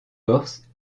corse